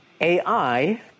AI